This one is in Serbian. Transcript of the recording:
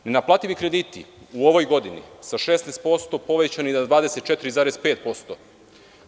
Nenaplativi krediti u ovoj godini sa 16% su povećani na 24,5%